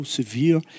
severe